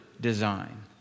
design